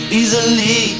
easily